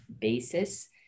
basis